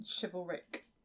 chivalric